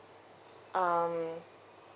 um